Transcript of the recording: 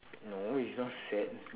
no he is not sad